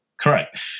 Correct